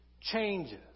changes